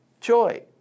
joy